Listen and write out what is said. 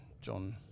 John